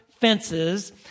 fences